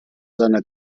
seiner